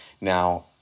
Now